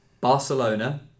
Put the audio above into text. Barcelona